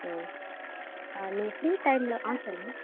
ம் நீங்கள் ஃப்ரீ டைமில் ஆ சொல்லுங்க